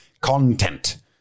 content